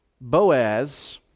Boaz